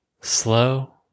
slow